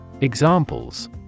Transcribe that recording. Examples